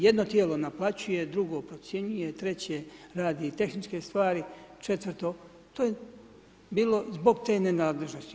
Jedno tijelo naplaćuje, drugo procjenjuje, treće radi tehničke stvari, četvrto, to je bilo zbog te nenadležnosti.